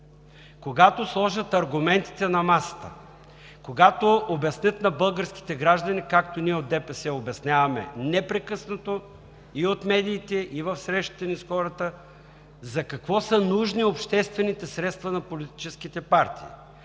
когато сложат аргументите на масата, когато обяснят на българските граждани, както ние от ДПС обясняваме непрекъснато и в медиите, и при срещите ни с хората, за какво са нужни обществените средства на политическите партии,